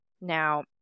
Now